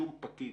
שום פקיד,